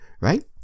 right